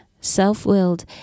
self-willed